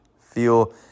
feel